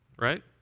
right